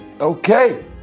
Okay